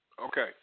Okay